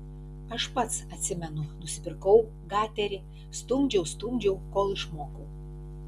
aš pats atsimenu nusipirkau gaterį stumdžiau stumdžiau kol išmokau